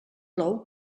plou